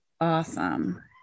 Awesome